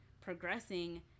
progressing